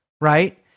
right